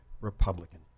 Republican